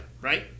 right